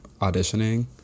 auditioning